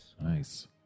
Nice